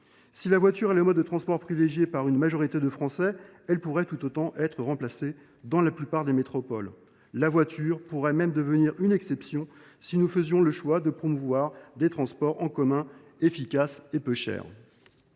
Si la voiture est le mode de transport privilégié par une majorité de Français, elle pourrait tout autant être remplacée dans la plupart des métropoles. La voiture pourrait même devenir une exception si nous faisions le choix de promouvoir des transports en commun efficaces et bon marché.